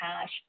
cash